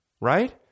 right